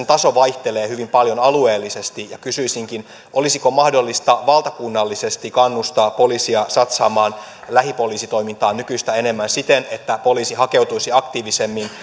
taso vaihtelee hyvin paljon alueellisesti kysyisinkin olisiko mahdollista valtakunnallisesti kannustaa poliisia satsaamaan lähipoliisitoimintaan nykyistä enemmän siten että poliisi hakeutuisi aktiivisemmin